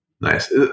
nice